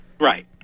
right